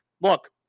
look